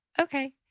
okay